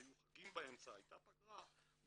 היו חגים באמצע, הייתה פגרה.